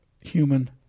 human